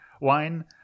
wine